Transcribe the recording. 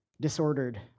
disordered